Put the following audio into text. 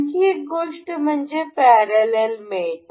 आणखी एक गोष्ट म्हणजे पॅरलल मेट